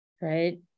Right